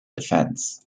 defense